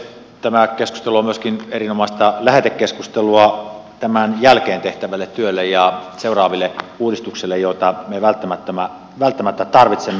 tämä keskustelu on myöskin erinomaista lähetekeskustelua tämän jälkeen tehtävälle työlle ja seuraaville uudistuksille joita me välttämättä tarvitsemme